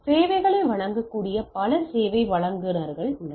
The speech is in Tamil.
சேவைகளை வழங்க கூடிய பல சேவை வழங்குநர்கள் உள்ளனர்